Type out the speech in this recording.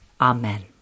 Amen